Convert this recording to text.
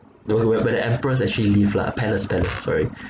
the where where the emperors actually live lah palace palace sorry